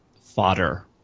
fodder